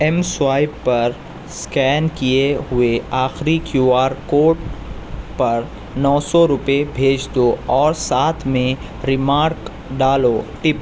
M swipe پر scan کیے ہوئے آخری کیو آر کوڈ پر نو سو روپئے بھیج دو اور ساتھ میں ریمارک ڈالو ٹپ